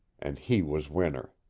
and he was winner.